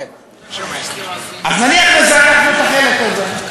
אז נניח שזנחנו את החלק הזה,